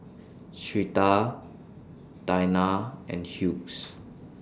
Syreeta Dayna and Hughes